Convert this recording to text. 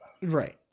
Right